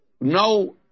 no